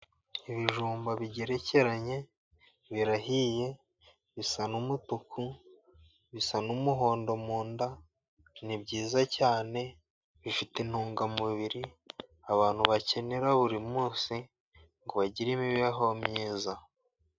Ibijumba bigerekeranye birahiye, bisa n'umutuku, bisa n'umuhondo mu nda, ni byiza cyane, bifite intungamubiri abantu bakenera buri munsi ngo bagire imibereho myiza.